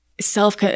self